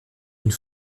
une